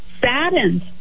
saddened